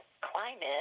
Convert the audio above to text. climate